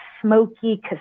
smoky